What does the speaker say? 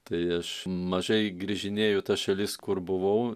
tai aš mažai grįžinėju tas šalis kur buvau